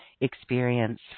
experience